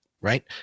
right